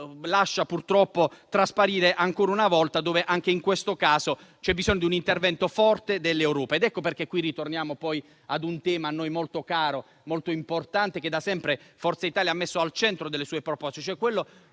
lascia, purtroppo, trasparire. Ancora una volta, anche in questo caso, c'è bisogno di un intervento forte dell'Europa. Ed ecco perché qui ritorniamo a un tema a noi molto caro, molto importante, che da sempre Forza Italia ha messo al centro delle sue proposte,